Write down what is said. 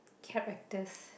characters